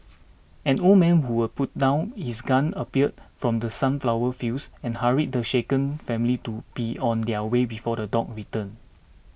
an old man who was putting down his gun appeared from the sunflower fields and hurried the shaken family to be on their way before the dog return